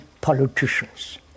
politicians